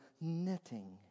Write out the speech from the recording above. knitting